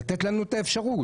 לתת לנו את האפשרות.